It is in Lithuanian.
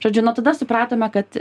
žodžiu nuo tada supratome kad